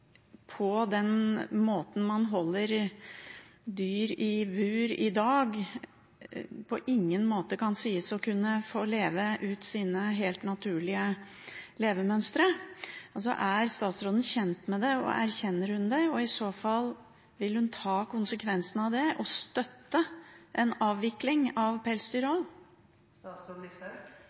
på den måten man holder dyr i bur på i dag. De kan på ingen måte sies å få leve ut sine helt naturlige levemønstre. Er statsråden kjent med det og erkjenner hun det, og i så fall vil hun ta konsekvensene av det og støtte en avvikling av